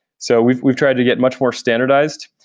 so we've we've tried to get much more standardized,